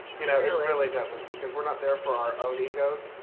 you know, it really doesn't because we're not there for our own egos.